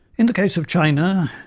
in the case of china,